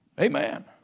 Amen